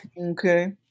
Okay